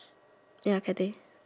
ya Cathay